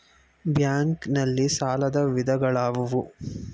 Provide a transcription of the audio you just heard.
Bank ನಲ್ಲಿ ಸಾಲದ ವಿಧಗಳಾವುವು?